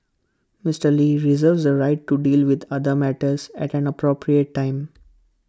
Mister lee reserves the right to deal with other matters at an appropriate time